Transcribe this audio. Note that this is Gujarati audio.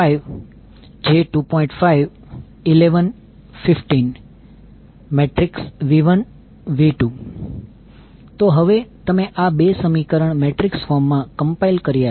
5 11 15 V1 V2 તો હવે તમે આ 2 સમીકરણ મેટ્રિક્સ ફોર્મમાં કમ્પાઇલ કર્યા છે